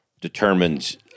determines